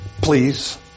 Please